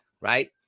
Right